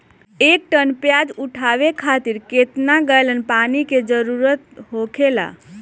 एक टन प्याज उठावे खातिर केतना गैलन पानी के जरूरत होखेला?